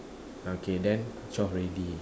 okay then twelve already